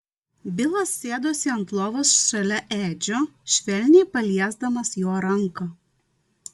bilas sėdosi ant lovos šalia edžio švelniai paliesdamas jo ranką